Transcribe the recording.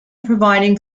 providing